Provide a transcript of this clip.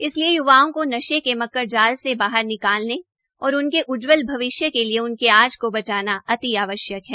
इसलिए य्वाओं को नशे के मकडज़ाल से बाहर निकालने और उनके उज्ज्वल भविष्य के लिए उनके आज को बचाना अति आवश्यक है